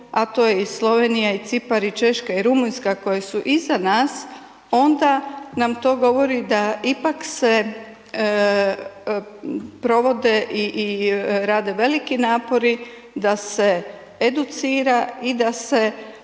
a to je i Slovenija, i Cipar, i Češka, i Rumunjska koje su iza nas, onda nam to govori da ipak se provode i, i rade veliki napori da se educira i da se